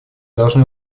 должны